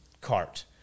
cart